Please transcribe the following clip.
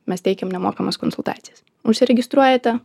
mes teikiam nemokamas konsultacijas užsiregistruojate